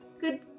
good